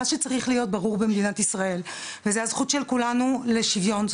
שצריך להיות ברור במדינת ישראל וזו הזכות של כולנו לשוויון,